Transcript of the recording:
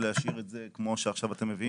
להשאיר את זה כמו שעכשיו אתם מביאים?